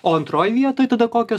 o antroj vietoj tada kokios